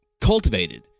cultivated